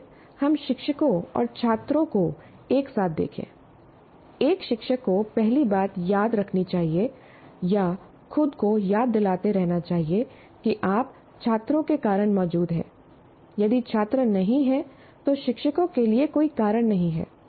आइए हम शिक्षकों और छात्रों को एक साथ देखें एक शिक्षक को पहली बात याद रखनी चाहिए या खुद को याद दिलाते रहना चाहिए कि आप छात्रों के कारण मौजूद हैं यदि छात्र नहीं हैं तो शिक्षकों के लिए कोई कारण नहीं है